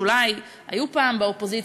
שאולי היו פעם באופוזיציה,